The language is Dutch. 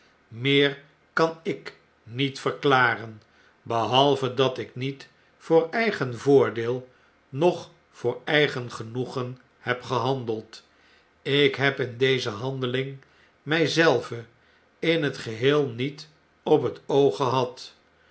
meer kan ik nlet verklaren bebalve dat ik niet voor eigen voordeelnoch voor eigen genoegen heb gebandeld ik heb in deze handeling ml zelven in t geheel niet op het oog gehad